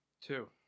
Two